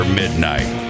midnight